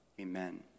amen